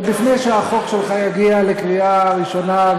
עוד לפני שהחוק שלך יגיע לקריאה ראשונה,